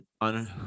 On